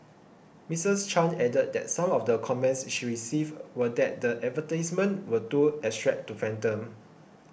Mrs Chan added that some of the comments she received were that the advertisements were too abstract to fathom